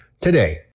today